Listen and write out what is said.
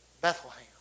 Bethlehem